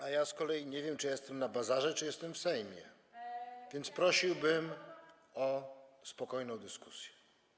A ja z kolei nie wiem, czy ja jestem na bazarze, czy jestem w Sejmie, więc prosiłbym o spokojną dyskusję.